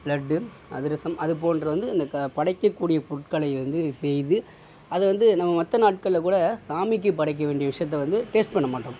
லட்டு அதிரசம் அது போன்ற வந்து அந்த படைக்க கூடிய பொருட்களை வந்து செய்து அதை வந்து நம்ம மற்ற நாட்களில் கூட சாமிக்கு படைக்க வேண்டிய விஷயத்தை வந்து டேஸ்ட் பண்ண மாட்டோம்